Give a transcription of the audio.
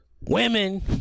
women